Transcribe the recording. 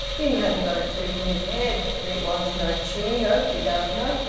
he hasn't got a tooth in his head, but it wants no chewing, hokey does na'.